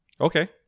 Okay